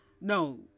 no